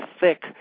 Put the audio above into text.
thick